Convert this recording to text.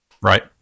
right